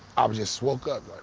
um just woke up